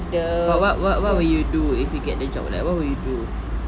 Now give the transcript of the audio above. what what what what will you do if you get the job like what will you do